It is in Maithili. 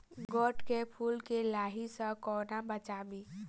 गोट केँ फुल केँ लाही सऽ कोना बचाबी?